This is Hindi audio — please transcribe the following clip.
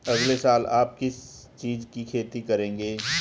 अगले साल आप किस चीज की खेती करेंगे?